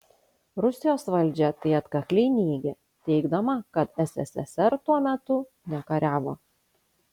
rusijos valdžia tai atkakliai neigia teigdama kad ssrs tuo metu nekariavo